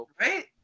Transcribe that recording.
Right